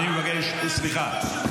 אני מבקש, סליחה.